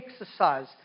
exercise